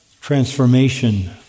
transformation